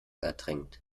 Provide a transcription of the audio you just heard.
ertränkt